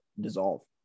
dissolve